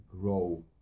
grow